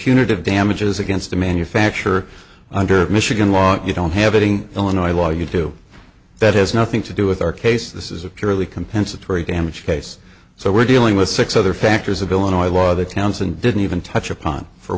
punitive damages against the manufacturer under of michigan law if you don't have a thing illinois law you do that has nothing to do with our case this is a purely compensatory damage case so we're dealing with six other factors of illinois law that counts and didn't even touch upon for